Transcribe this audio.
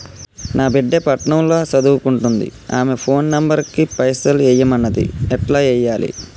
నా బిడ్డే పట్నం ల సదువుకుంటుంది ఆమె ఫోన్ నంబర్ కి పైసల్ ఎయ్యమన్నది ఎట్ల ఎయ్యాలి?